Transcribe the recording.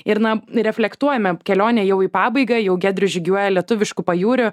ir na reflektuojame kelionė jau į pabaigą jau giedrius žygiuoja lietuvišku pajūriu